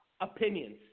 opinions